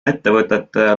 ettevõtete